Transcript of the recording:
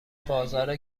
بازار